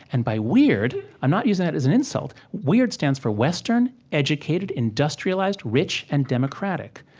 and by weird i'm not using that as an insult. weird stands for western, educated, industrialized, rich, and democratic.